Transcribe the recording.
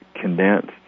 condensed